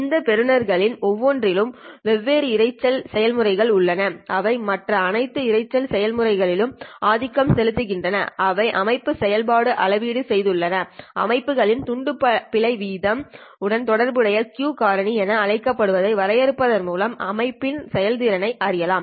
இந்த பெறுபவர்களில் ஒவ்வொன்றிலும் வெவ்வேறு இரைச்சல் செயல்முறைகள் உள்ளன அவை மற்ற அனைத்து இரைச்சல் செயல்முறைகளிலும் ஆதிக்கம் செலுத்துகின்றன அவை அமைப்பு செயல்பாடுயை அளவீடு செய்துள்ளன அமைப்புகளின் துண்டு பிழை வீதம் உடன் தொடர்புடைய Q காரணி என அழைக்கப்படுவதை வரையறுப்பதன் மூலம் அமைப்பின் செயல்திறன்யை அறியலாம்